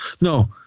No